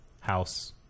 house